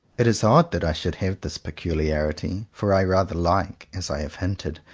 it is odd that i should have this peculiarity for i rather like, as i have hinted,